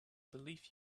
believe